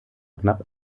knapp